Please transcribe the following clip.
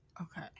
Okay